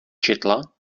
četla